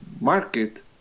market